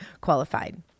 qualified